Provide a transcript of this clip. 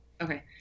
okay